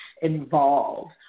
involved